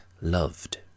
loved